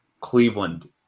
Cleveland